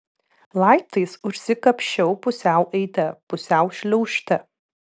laiptais užsikapsčiau pusiau eite pusiau šliaužte